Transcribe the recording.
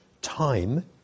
time